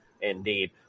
Indeed